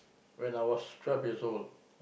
when I was twelve years old